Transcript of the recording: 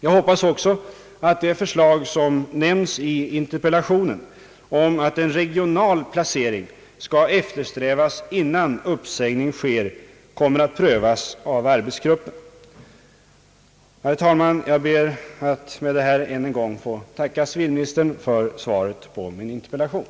Jag hoppas också att det förslag som nämns i interpellationen om att en regional placering skall eftersträvas innan uppsägning sker kommer att prövas i arbetsgruppen. Herr talman! Jag ber att med dessa ord än en gång få tacka civilministern för svaret på min interpellation.